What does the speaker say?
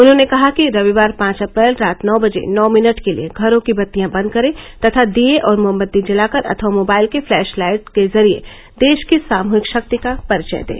उन्होंने कहा कि रविवार पांच अप्रैल रात नौ बजे नौ मिनट के लिए घरों की बत्तियां बंद करें तथा दीये और मोमबत्ती जलाकर अथवा मोबाइल के फ्लैश लाइट के जरिए देश की सामुहिक शक्ति का परिचय दें